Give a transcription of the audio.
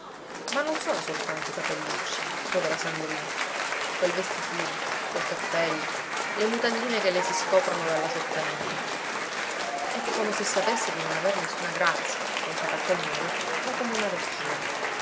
ma non sono soltanto i capellucci povera sandrina quel vestitino quel cappello le mutandine che le si scoprono dalla sottanella e come se sapesse di non aver nessuna grazia conciata a quel modo va come una vecchina